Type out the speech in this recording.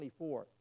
24